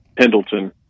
Pendleton